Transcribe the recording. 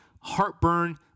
heartburn